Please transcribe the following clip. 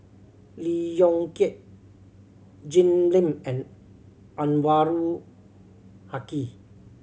Lee Yong Kiat Jim Lim and Anwarul Haque